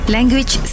Language